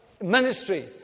ministry